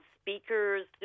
speakers